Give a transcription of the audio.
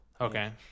Okay